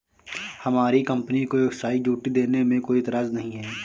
हमारी कंपनी को excise duty देने में कोई एतराज नहीं है